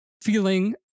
feeling